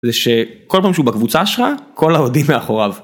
זה שכל פעם שהוא בקבוצה שלך כל האוהדים מאחוריו.